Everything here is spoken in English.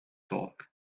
talk